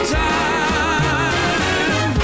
time